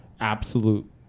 absolute